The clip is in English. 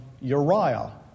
Uriah